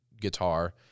guitar